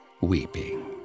weeping